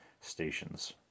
stations